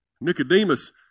Nicodemus